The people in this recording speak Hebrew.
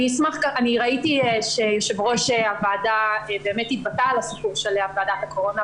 ראיתי שיושב-ראש הוועדה דיבר על הסיפור של ועדת הקורונה,